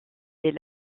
des